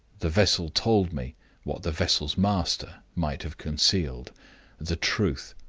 the vessel told me what the vessel's master might have concealed the truth.